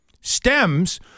stems